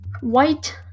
White